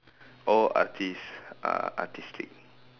all artiste are artistic